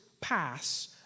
pass